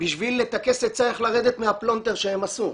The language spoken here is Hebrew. בשביל לטכס עצה איך לרדת מהפלונטר שהם עשו.